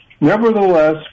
Nevertheless